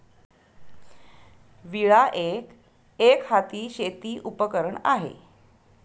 विळा एक, एकहाती शेती उपकरण आहे